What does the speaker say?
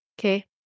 okay